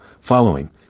following